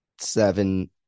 seven